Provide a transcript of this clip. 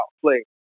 play